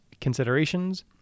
considerations